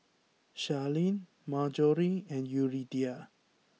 Sharlene Marjorie and Yuridia